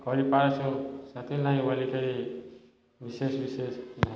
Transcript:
କରି ପାରସୁଁ ସେଥିଲାଗି ବୋଲିକରି ବିଶେଷ ବିଶେଷ